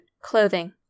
clothing